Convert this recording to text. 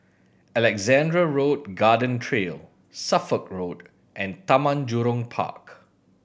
Alexandra Road Garden Trail Suffolk Road and Taman Jurong Park